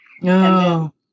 no